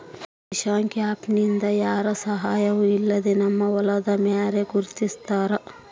Dishank app ನಿಂದ ಯಾರ ಸಹಾಯವೂ ಇಲ್ಲದೆ ನಮ್ಮ ಹೊಲದ ಮ್ಯಾರೆ ಗುರುತಿಸ್ತಾರ